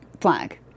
flag